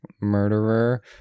murderer